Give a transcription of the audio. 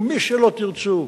ומי שלא תרצו,